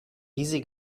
easy